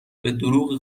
بهدروغ